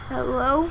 Hello